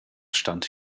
stand